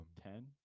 Ten